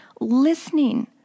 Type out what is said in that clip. listening